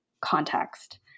context